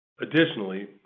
Additionally